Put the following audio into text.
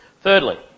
thirdly